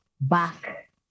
back